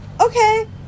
okay